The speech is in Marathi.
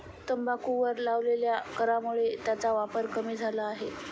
तंबाखूवर लावलेल्या करामुळे त्याचा वापर कमी झाला आहे